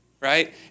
right